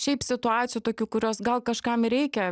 šiaip situacijų tokių kurios gal kažkam ir reikia